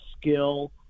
skill